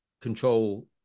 control